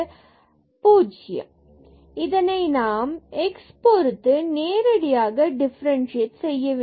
தற்பொழுது இதனை நாம் x பொருத்து நேரடியாக டிஃபரன்சியேட் செய்ய வேண்டும்